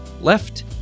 left